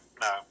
No